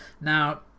Now